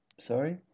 Sorry